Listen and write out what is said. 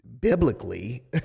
biblically